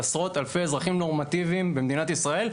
עשרות אלפי אזרחים נורמטיביים במדינת ישראל,